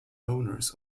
owners